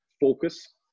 focus